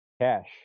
Cash